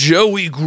Joey